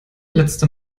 letzte